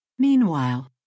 Meanwhile